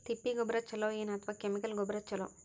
ತಿಪ್ಪಿ ಗೊಬ್ಬರ ಛಲೋ ಏನ್ ಅಥವಾ ಕೆಮಿಕಲ್ ಗೊಬ್ಬರ ಛಲೋ?